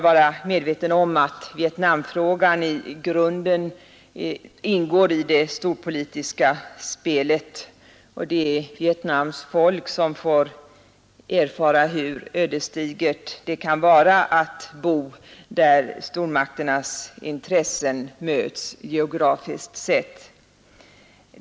Vietnam frågan ingår i grunden i det storpolitiska spelet, och det är Vietnams folk som får erfara hur ödesdigert det kan vara att bo där stormakternas intressen möts geografiskt sett.